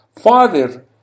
Father